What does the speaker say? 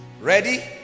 Ready